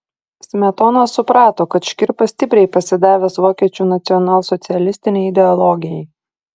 smetona suprato kad škirpa stipriai pasidavęs vokiečių nacionalsocialistinei ideologijai